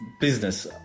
business